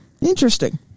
Interesting